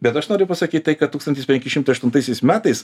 bet aš noriu pasakyt tai kad tūkstantis penki šimtai aštuntaisiais metais